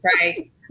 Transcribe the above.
right